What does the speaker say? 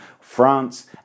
France